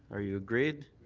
are you agreed?